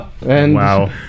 Wow